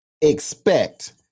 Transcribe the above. expect